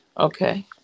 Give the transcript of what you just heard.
okay